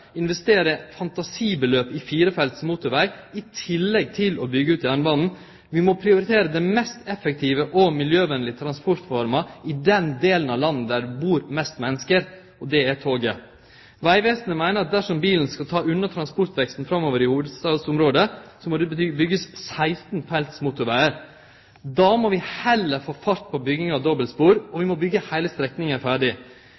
investere fantasibeløp i firefelts motorveg i tillegg til å byggje ut jernbanen. Vi må prioritere den mest effektive og miljøvennlege transportforma i den delen av landet der det bur mest menneske. Det er toget. Vegvesenet meiner at dersom bilen skal ta unna transportveksten framover i hovudstadsområdet, må det byggjast 16 felts motorvegar. Då må vi heller få fart på bygginga av dobbeltspor, og vi må byggje heile strekningar ferdig.